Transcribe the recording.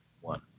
One